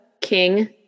King